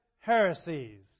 heresies